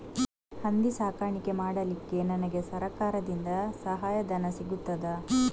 ಹಂದಿ ಸಾಕಾಣಿಕೆ ಮಾಡಲಿಕ್ಕೆ ನನಗೆ ಸರಕಾರದಿಂದ ಸಹಾಯಧನ ಸಿಗುತ್ತದಾ?